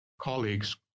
colleagues